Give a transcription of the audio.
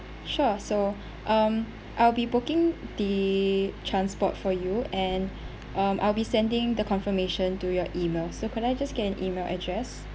sure so um I'll be booking the transport for you and um I'll be sending the confirmation to your email so can I just get an email address